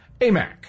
AMAC